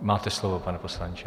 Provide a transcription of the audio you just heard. Máte slovo, pane poslanče.